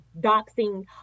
doxing